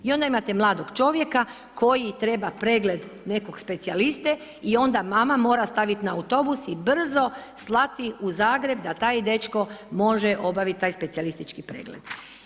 I onda imate mladog čovjeka koji treba pregled nekog specijaliste i onda mama mora staviti na autobus i brzo slati u Zagreb da taj dečko može obaviti taj specijalistički pregled.